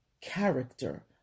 character